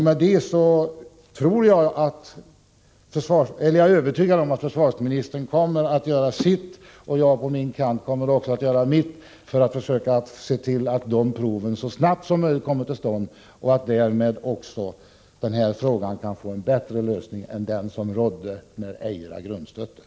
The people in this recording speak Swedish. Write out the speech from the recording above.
Med detta är jag övertygad om att försvarsministern kommer att göra sitt, och jag på min kant kommer också att göra mitt för att försöka se till att de proven kommer till stånd så snabbt som möjligt. Därmed skulle den här frågan kunna få en bättre lösning än vad som var fallet då Eira grundstötte.